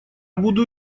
буду